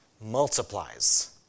multiplies